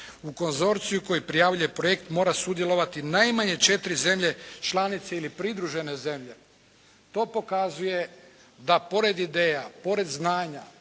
U konzorciju koji prijavljuje projekt mora sudjelovati najmanje 4 zemlje članice ili pridružene zemlje. To pokazuje da pored ideja, pored znanja,